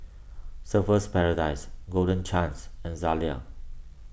Surfer's Paradise Golden Chance and Zalia